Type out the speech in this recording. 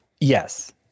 Yes